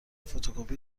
فتوکپی